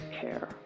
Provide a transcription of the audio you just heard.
care